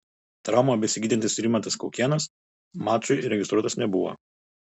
traumą besigydantis rimantas kaukėnas mačui registruotas nebuvo